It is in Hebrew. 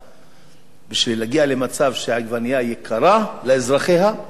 בשביל להגיע למצב שהעגבנייה יקרה לאזרחי המדינה,